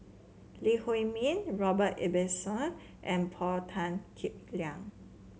Lee Huei Min Robert Ibbetson and Paul Tan Kim Liang